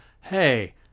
Hey